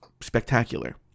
spectacular